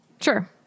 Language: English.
Sure